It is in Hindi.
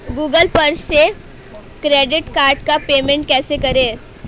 गूगल पर से क्रेडिट कार्ड का पेमेंट कैसे करें?